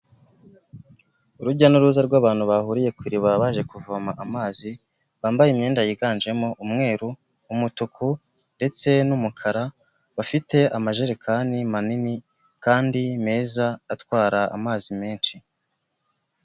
Urujya n'uruza rw'abantu bahuriye ku iriba baje kuvoma amazi, bambaye imyenda yiganjemo umweru, umutuku ndetse n'umukara, bafite amajerekani manini kandi meza atwara amazi menshi.